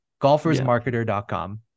Golfersmarketer.com